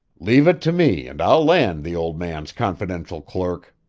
leave it to me, and i'll land the old man's confidential clerk.